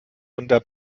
unter